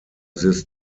this